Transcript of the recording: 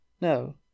No